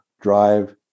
drive